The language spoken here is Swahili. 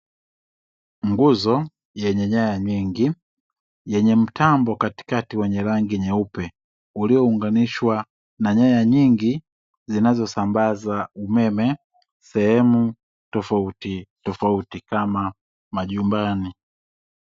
Nguzo yenye nyaya nyingi, yenye mtambo katikati wenye rangi nyeupe, uliounganishwa na nyaya nyingi zinazosambaza umeme sehemu tofautitofauti kama majumbani.